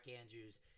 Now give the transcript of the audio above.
Andrews